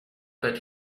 bet